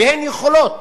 והן יכולות